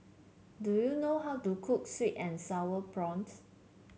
do you know how to cook sweet and sour prawns